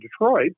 Detroit